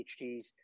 PhDs